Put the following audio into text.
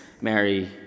Mary